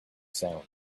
sound